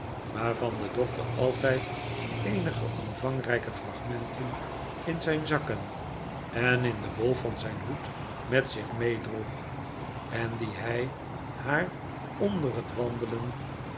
waarvan de doctor altijd eenige omvangrijke fragmenten in zijn zakken en in den bol van zijn hoed met zich meedroeg en die hij haar onder het wandelen